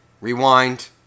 rewind